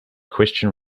question